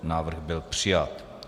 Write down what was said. Návrh byl přijat.